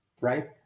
right